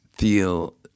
feel